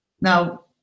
Now